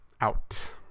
Out